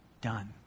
done